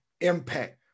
impact